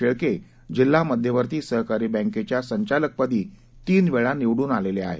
शेळके जिल्हा मध्यवर्ती सहकारी बँकेच्या संचालकपदी तीनवेळा निवडून आलेले आहेत